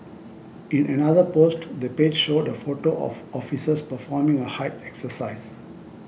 in another post the page showed a photo of officers performing a height exercise